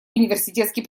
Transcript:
университетский